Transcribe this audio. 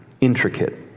intricate